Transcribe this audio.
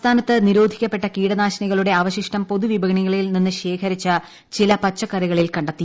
സംസ്ഥാനത്ത് നിരോധിക്കപ്പെട്ട കീടനാശിനികളുടെ അവശിഷ്ടവും പൊതുവിപണികളിൽ നിന്ന് ശേഖരിച്ച ചില പച്ചക്കറികളിൽ കണ്ടെത്തി